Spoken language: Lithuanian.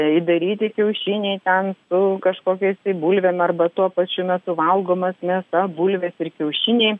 įdaryti kiaušiniai ten su kažkokiais tai bulvėm arba tuo pačiu metu valgomas mėsa bulvės ir kiaušiniai